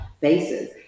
faces